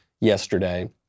yesterday